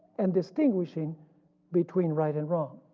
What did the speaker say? and distinguishing between right and wrong.